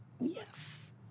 Yes